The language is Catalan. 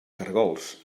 caragols